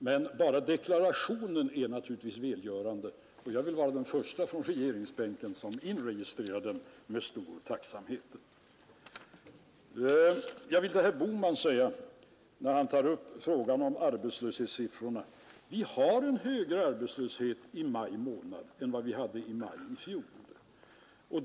Men enbart deklarationen är naturligtvis välgörande, och jag vill vara den första på regeringsbänken som inregistrerar den med stor tacksamhet. När herr Bohman tar upp frågan om arbetslöshetssiffrorna vill jag säga att vi har en högre arbetslöshet i maj månad i år än i maj i fjol.